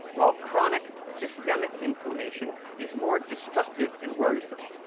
while chronic, systemic inflammation is more destructive and worrisome.